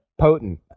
potent